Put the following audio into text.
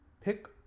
pick